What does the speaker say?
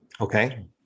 Okay